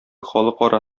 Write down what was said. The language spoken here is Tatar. халыкара